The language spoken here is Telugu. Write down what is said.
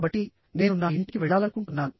కాబట్టినేను నా ఇంటికి వెళ్లాలనుకుంటున్నాను